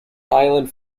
island